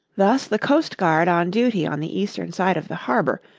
thus the coastguard on duty on the eastern side of the harbour,